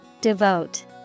Devote